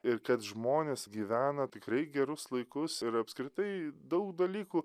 ir kad žmonės gyvena tikrai gerus laikus ir apskritai daug dalykų